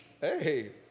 Hey